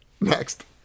Next